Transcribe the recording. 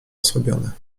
osłabiony